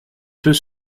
peut